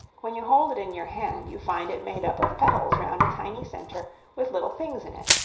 when you hold it in your hand you find it made up of petals round a tiny centre with little things in it.